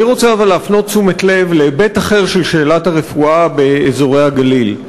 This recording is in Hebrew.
אני רוצה אבל להפנות תשומת לב להיבט אחר של שאלת הרפואה באזורי הגליל.